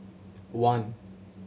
one